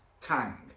tang